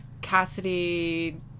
Cassidy